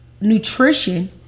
nutrition